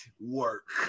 work